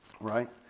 right